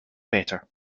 better